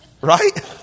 Right